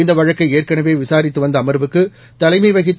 இந்த வழக்கை ஏற்கனவே விசாரித்து வந்த அமர்வுக்கு தலைமை வகித்த